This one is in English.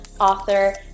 author